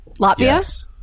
Latvia